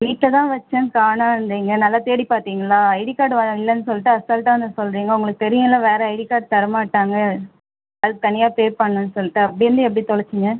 வீட்டில் தான் வச்சேன் காணோன்றீங்க நல்லா தேடிப் பார்த்தீங்களா ஐடி கார்டு வ இல்லைனு சொல்லிட்டு அசால்ட்டாக வந்து சொல்கிறிங்க உங்களுக்கு தெரியும்ல வேறு ஐடி கார்ட் தர மாட்டாங்க அதுக்கு தனியாக பே பண்ணணும் சொல்லிட்டு அப்படி இருந்தும் எப்படி தொலைச்சிங்க